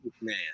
man